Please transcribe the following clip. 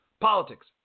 politics